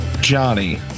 Johnny